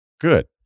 Good